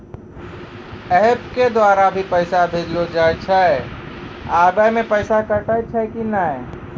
App के द्वारा भी पैसा भेजलो जाय छै आबै मे पैसा कटैय छै कि नैय?